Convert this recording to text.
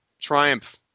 triumph